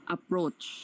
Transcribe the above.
Approach